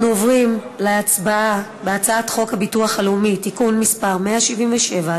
אנחנו עוברים להצבעה על הצעת חוק הביטוח הלאומי (תיקון מס' 177),